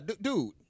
dude